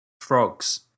frogs